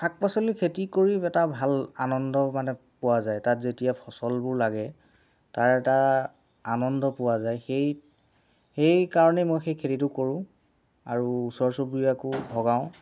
শাক পাচলিৰ খেতি কৰি এটা ভাল আনন্দ মানে পোৱা যায় তাত যেতিয়া ফচলবোৰ লাগে তাৰ এটা আনন্দ পোৱা যায় সেই সেইকাৰণেই মই খেতিটো কৰোঁ আৰু ওচৰ চুবুৰীয়াকো ভগাওঁ